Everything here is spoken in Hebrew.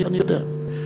אני יודע.